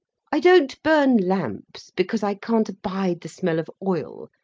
i don't burn lamps, because i can't abide the smell of oil,